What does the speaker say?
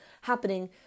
happening